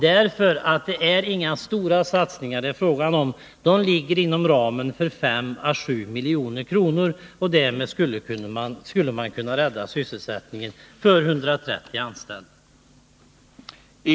Det är inte fråga om stora satsningar, de ligger inom ramen 5-7 milj.kr., och därmed skulle man kunna rädda sysselsättningen för 130 anställda.